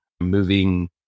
moving